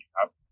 up